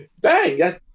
Bang